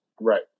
Right